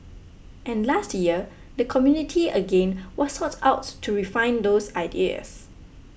and last year the community again was sought out to refine those ideas